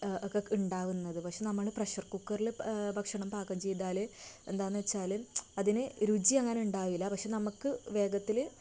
ഒക്കെ ഉണ്ടാവുന്നത് പഷെ നമ്മള് പ്രഷർ കുക്കറില് ഭഷണം പാകം ചെയ്താല് എന്താണെന്ന് വെച്ചാല് അതിന് രുചി അങ്ങനെയുണ്ടാവില്ല പക്ഷെ നമുക്ക് വേഗത്തില്